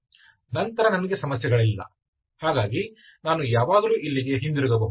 ನಂತರ ನನಗೆ ಸಮಸ್ಯೆಗಳಿಲ್ಲ ಹಾಗಾಗಿ ನಾನು ಯಾವಾಗಲೂ ಇಲ್ಲಿಗೆ ಹಿಂತಿರುಗಬಹುದು